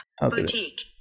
Boutique